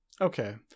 Okay